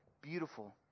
Beautiful